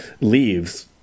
leaves